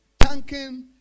thanking